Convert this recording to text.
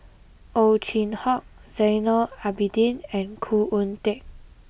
Ow Chin Hock Zainal Abidin and Khoo Oon Teik